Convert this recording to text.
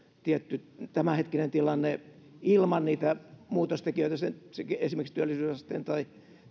tietty tämänhetkinen tilanne ilman niitä muutostekijöitä esimerkiksi työllisyysasteen tai